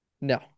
No